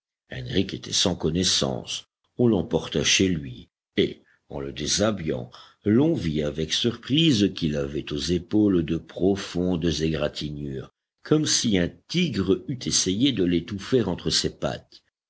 henrich était sans connaissance on l'emporta chez lui et en le déshabillant l'on vit avec surprise qu'il avait aux épaules de profondes égratignures comme si un tigre eût essayé de l'étouffer entre ses pattes